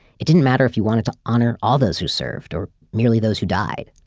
it didn't matter if you wanted to honor all those who served or merely those who died.